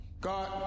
God